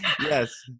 Yes